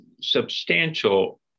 substantial